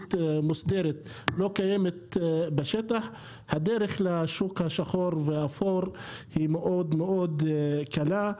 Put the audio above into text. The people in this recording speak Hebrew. בנקאית מוסדרת הדרך לשוק השחור והאפור היא מאוד-מאוד קלה.